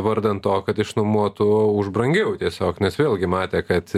vardan to kad išnuomotų už brangiau tiesiog nes vėlgi matė kad